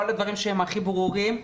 כל הדברים שהם הכי ברורים,